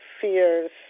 fears